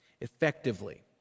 effectively